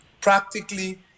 practically